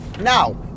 Now